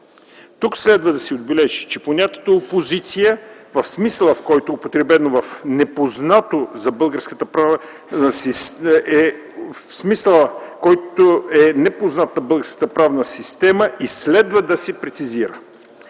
Тук следва да се отбележи, че понятието „опозиция” в смисъла, в който е употребено, е непознато за българската правна система и следва да се прецизира;